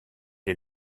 est